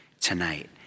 tonight